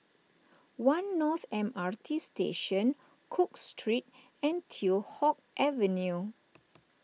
one North M R T Station Cook Street and Teow Hock Avenue